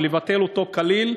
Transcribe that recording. ולבטל אותו כליל,